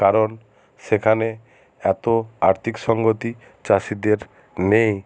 কারণ সেখানে এতো আর্থিক সঙ্গতি চাষিদের নেই